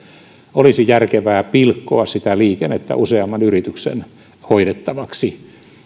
olisi järkevää pilkkoa sitä liikennettä useamman yrityksen hoidettavaksi